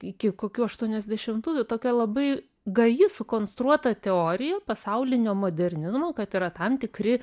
iki kokių aštuoniasdešimtųjų tokia labai gaji sukonstruota teorija pasaulinio modernizmo kad yra tam tikri